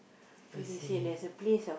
!wahseh!